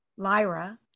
lyra